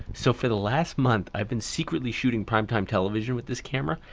so, for the last month i've been secretly shooting primetime television with this camera.